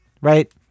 Right